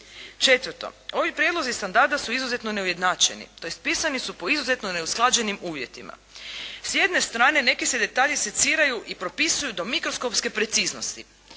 Četvrto. Ovi prijedlozi standarda su izuzetno neujednačeni, tj. pisani su po izuzetno neusklađenim uvjetima. S jedne strane neki se detalji seciraju i propisuju do mikroskopske preciznosti,